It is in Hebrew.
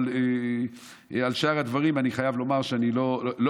אבל על שאר הדברים אני חייב לומר שאני לא,